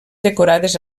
decorades